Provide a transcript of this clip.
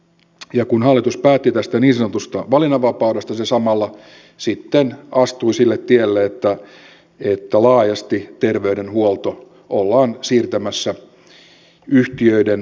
ja kun hallitus päätti tästä niin sanotusta valinnanvapaudesta se samalla sitten astui sille tielle että laajasti terveydenhuolto ollaan siirtämässä yhtiöiden maailmaan